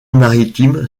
maritime